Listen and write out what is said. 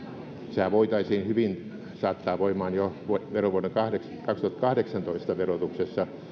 sehän voitaisiin hyvin saattaa voimaan jo verovuoden kaksituhattakahdeksantoista verotuksessa